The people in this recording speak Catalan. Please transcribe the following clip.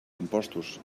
imposts